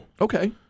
Okay